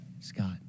Scott